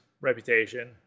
reputation